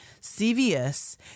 CVS